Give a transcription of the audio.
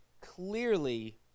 clearly